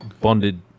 bonded